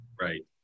Right